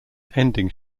ending